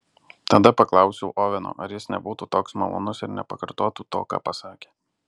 tada paklausiau oveno ar jis nebūtų toks malonus ir nepakartotų to ką pasakė